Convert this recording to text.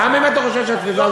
גם אם אתה חושב שהתפיסה הזאת,